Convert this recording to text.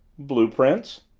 blue-prints?